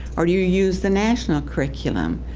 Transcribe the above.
or do you use the national curriculum?